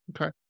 Okay